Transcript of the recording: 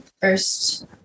first